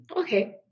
okay